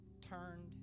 turned